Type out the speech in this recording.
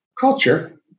culture